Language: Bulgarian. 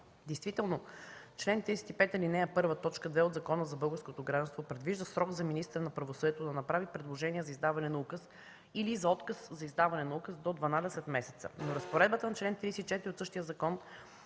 Действително чл. 35, ал. 1, т. 2 от Закона за българското гражданство предвижда срок за министъра на правосъдието да направи предложение за издаване на указ или за отказ за издаване на указ до 12 месеца, но разпоредбата на чл. 34 от същия закон